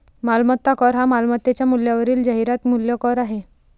मालमत्ता कर हा मालमत्तेच्या मूल्यावरील जाहिरात मूल्य कर आहे